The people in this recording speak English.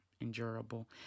Endurable